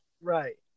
Right